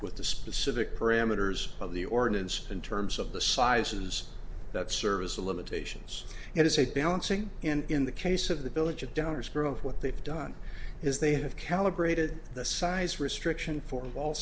with the specific parameters of the ordinance in terms of the sizes that service the limitations it is a balancing in in the case of the village of downers grove what they've done is they have calibrated the size restriction for all